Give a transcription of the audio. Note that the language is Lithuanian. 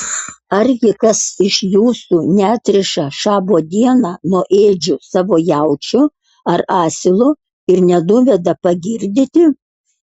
argi kas iš jūsų neatriša šabo dieną nuo ėdžių savo jaučio ar asilo ir nenuveda pagirdyti